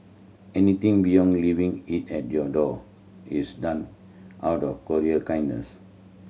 anything beyond leaving it at your door is done out of courier kindness